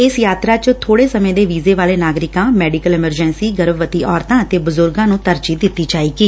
ਇਸ ਯਾਤਰਾ ਚ ਥੋੜੇ ਸਮੇ ਦੇ ਵੀਜੇ ਵਾਲੇ ਨਾਗਰਿਕਾਂ ਮੈਡੀਕਲ ਐਮਰਜੈਸੀ ਗਰਭਵਤੀ ਔਰਤਾਂ ਅਤੇ ਬਜੁਰਗਾਂ ਨੂੰ ਤਰਜੀਹ ਦਿੱਡੀ ਜਾਏਗੀ